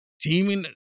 teaming